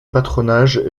patronage